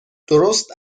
درست